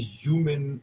human